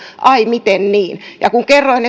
ai miten niin ja kun kerroin